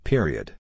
Period